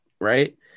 right